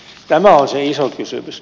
tämä on se iso kysymys